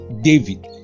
David